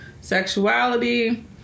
sexuality